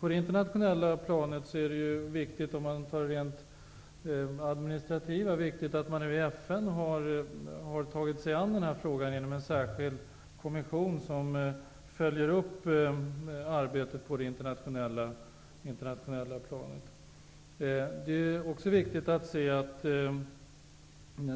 På det internationella planet är det rent administrativt viktigt att FN nu har tagit sig an den här frågan genom en särskild kommission, som skall följa upp arbetet på det internationella planet. Det är också viktigt att se hur